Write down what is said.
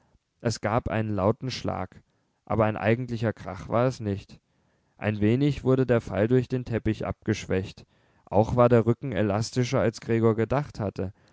es gab einen lauten schlag aber ein eigentlicher krach war es nicht ein wenig wurde der fall durch den teppich abgeschwächt auch war der rücken elastischer als gregor gedacht hatte